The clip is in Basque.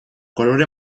kolore